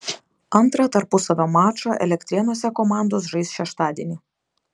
antrą tarpusavio mačą elektrėnuose komandos žais šeštadienį